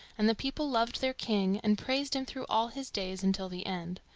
and the people loved their king and praised him through all his days until the end.